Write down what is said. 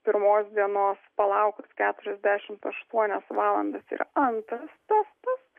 pirmos dienos palaukus keturiasdešimt aštuonias valandas ir antras testas